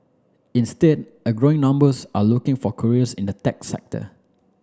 instead a growing numbers are looking for careers in the tech sector